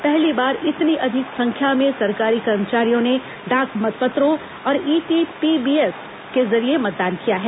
पहली बार इतनी अधिक संख्या में सरकारी कर्मचारियों ने डाक मतपत्रों और ईटीपीबीएस के जरिये मतदान किया है